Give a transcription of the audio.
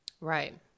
Right